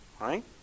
Right